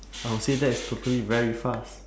I will say that is totally very fast